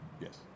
Yes